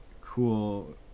cool